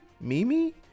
mimi